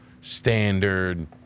standard